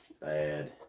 bad